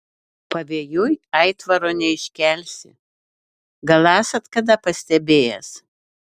pavėjui aitvaro neiškelsi gal esat kada pastebėjęs